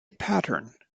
pattern